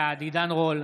בעד עידן רול,